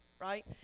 Right